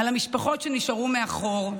על המשפחות שנשארו מאחור,